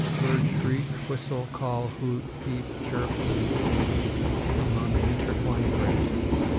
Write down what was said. birds shriek, whistle, call, hoot, peep, chirp, and sing among the intertwining branches,